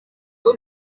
ryo